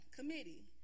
Committee